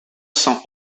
sans